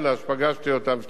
של המועצה,